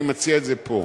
אני מציע את זה פה.